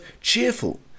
cheerful